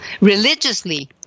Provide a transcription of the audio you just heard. Religiously